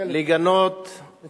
לגנות את